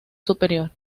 superior